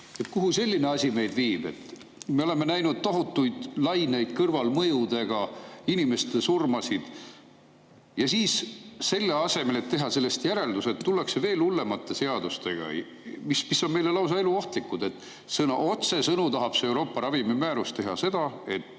Kuhu selline asi meid viib? Me oleme näinud tohutuid laineid kõrvalmõjudega, inimeste surmasid. Ja selle asemel, et teha sellest järeldused, tullakse välja veel hullemate seadustega, mis on meile lausa eluohtlikud. Otsesõnu tahab see Euroopa ravimimäärus teha seda, et